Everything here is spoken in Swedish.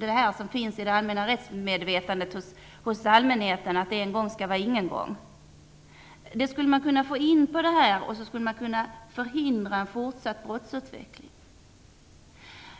Det är i enlighet med det allmänna rättsmedvetandet att "en gång är ingen gång". Detta skulle kunna införas här, så att en fortsatt brottsutveckling kan förhindras.